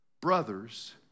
brothers